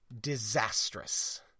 disastrous